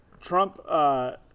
Trump